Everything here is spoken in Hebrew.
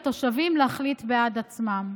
לתושבים, להחליט בעד עצמם.